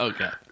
Okay